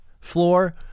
floor